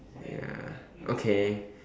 ya okay